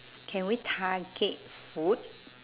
can we target food